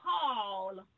call